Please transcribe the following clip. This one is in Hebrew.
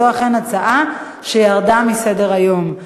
וזו אכן הצעה שירדה מסדר-היום.